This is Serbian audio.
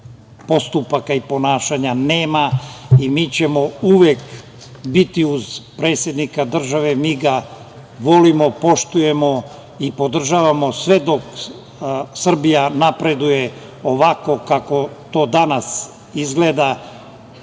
postupaka i ponašanja nema, i mi ćemo uvek biti uz predsednika države, mi ga volimo, poštujemo i podržavamo sve dok Srbija napreduje ovako kako to danas izgleda.